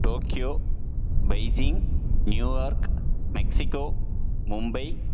Tokyo Beijing New York Mexico Mumbai